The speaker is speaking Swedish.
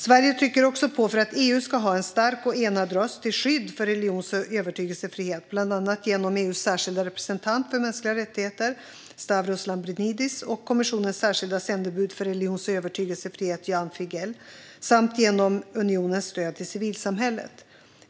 Sverige trycker också på för att EU ska ha en stark och enad röst till skydd för religions och övertygelsefrihet. Detta sker bland annat genom EU:s särskilda representant för mänskliga rättigheter, Stavros Lambrinidis, och kommissionens särskilda sändebud för religions och övertygelsefrihet, Ján Figel, samt genom unionens stöd till civilsamhället.